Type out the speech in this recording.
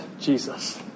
Jesus